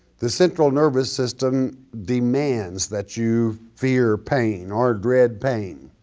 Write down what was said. the central nervous system demands that you fear pain or dread pain,